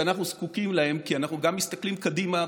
שאנחנו זקוקים להן כי אנחנו מסתכלים גם קדימה,